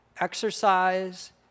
exercise